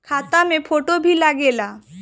खाता मे फोटो भी लागे ला?